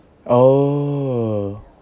oh